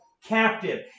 Captive